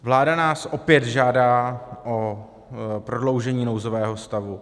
Vláda nás opět žádá o prodloužení nouzového stavu.